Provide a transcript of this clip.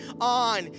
on